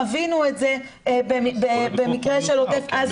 חווינו את זה במקרה של עוטף עזה.